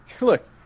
look